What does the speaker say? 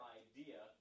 idea